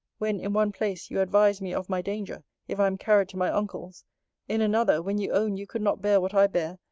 when, in one place, you advise me of my danger, if i am carried to my uncle's in another, when you own you could not bear what i bear,